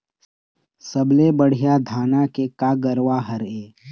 सबले बढ़िया धाना के का गरवा हर ये?